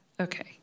Okay